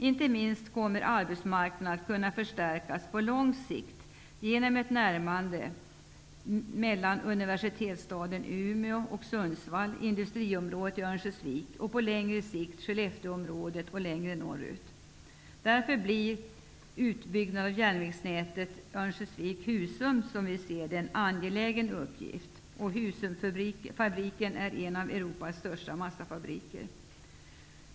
Inte minst kommer arbetsmarknaden att på lång sikt förstärkas genom ett närmande av universitetsstaden Umeå och industriområdet i Örnsköldsvik och på ännu längre sikt Skellefteåområdet och längre norrut. Därför blir en utbyggnad av järnvägsnätet Örnsköldsvik-- Husum en angelägen uppgift. Husumfabriken är en av Europas största massafabriker.